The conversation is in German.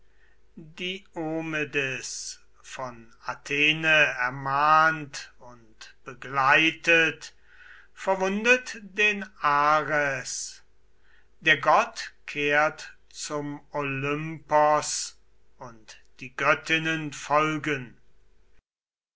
diomedes von athene ermahnt und begleitet verwundet den ares der gott kehrt zum olympos und die göttinnen folgen